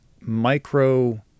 micro